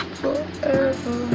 forever